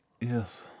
Yes